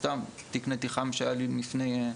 סתם תיק נתיחה שהיה לפני,